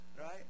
right